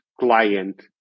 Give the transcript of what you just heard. client